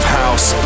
house